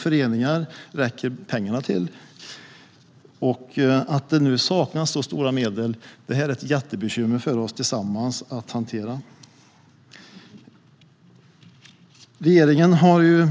Pengarna räcker till två av tre föreningar. Att det nu saknas så stora medel är ett jättebekymmer för oss att hantera tillsammans. Regeringen har